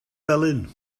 felyn